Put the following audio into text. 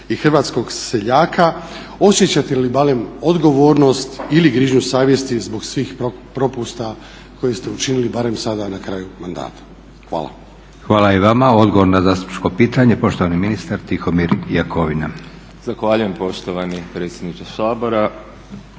Hvala i vama. Odgovor na zastupničko pitanje poštovani ministar Tihomir Jakovina.